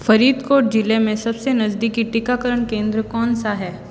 फ़रीदकोट जिले में सबसे नज़दीकी टीकाकरण केंद्र कौन सा है